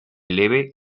leve